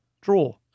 Draw